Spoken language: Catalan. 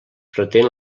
pretén